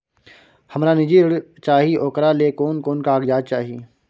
हमरा निजी ऋण चाही ओकरा ले कोन कोन कागजात चाही?